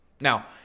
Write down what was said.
Now